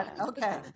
Okay